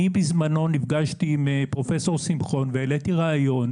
אני בזמנו נפגשתי עם פרופ' שמחון והעליתי רעיון,